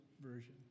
version